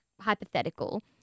hypothetical